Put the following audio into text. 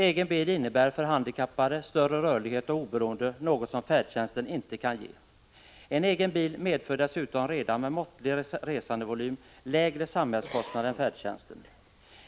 Egen bil innebär för handikappade större rörlighet och oberoende; det sista är något som färdtjänsten inte kan ge. En egen bil medför dessutom redan med måttlig resandevolym lägre samhällskostnader än färdtjänsten.